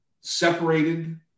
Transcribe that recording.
separated